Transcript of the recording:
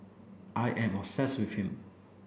I am obsessed with him